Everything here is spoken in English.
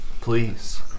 please